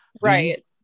Right